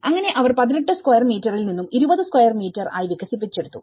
അങ്ങനെ അവർ 18 സ്ക്വയർ മീറ്ററിൽനിന്നും 20 സ്ക്വയർ മീറ്റർആയി വികസിപ്പിച്ചെടുത്തു